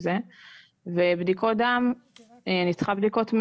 של מדידת לחץ דם אצל רופאת הנשים פה,